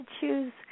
choose